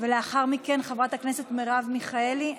לאחר מכן, חברת הכנסת מרב מיכאלי.